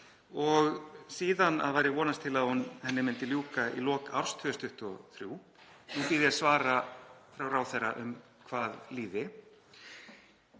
og síðan væri vonast til að henni myndi ljúka í lok árs 2023. Nú bíð ég svara frá ráðherra um hvað því